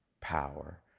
power